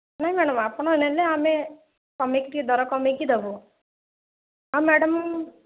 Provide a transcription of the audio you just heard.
ନାଇଁ ମ୍ୟାଡ଼ାମ ଆପଣ ନେଲେ ଆମେ କମେଇକି ଟିକେ ଦର କମେଇକି ଦବୁ ହଁ ମାଡ଼ମ